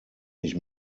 ich